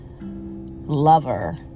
lover